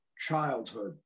Childhood